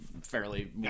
fairly